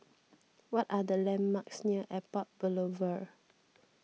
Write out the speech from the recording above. what are the landmarks near Airport Boulevard